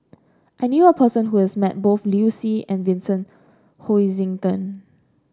I knew a person who has met both Liu Si and Vincent Hoisington